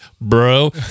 bro